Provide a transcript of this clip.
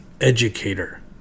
educator